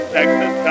Texas